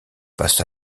passe